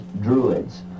druids